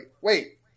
wait